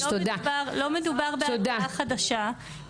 לא מדובר בהצעה חדשה.